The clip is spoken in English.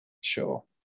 Sure